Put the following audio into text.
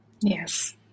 Yes